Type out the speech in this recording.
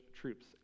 troops